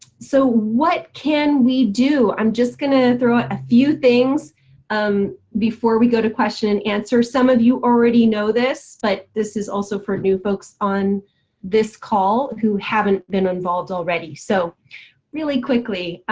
so what can we do? i'm just gonna throw out a few things um before we go to question and answer. some of you already know this, but this is also for new folks on this call who haven't been involved already. so really quickly,